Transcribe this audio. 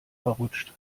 verrutscht